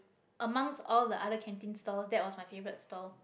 amongst all the other canteen stalls that was my favourite stall